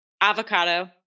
avocado